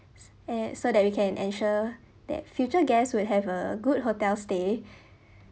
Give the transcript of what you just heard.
and so that we can ensure that future guests would have a good hotel stay